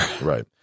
Right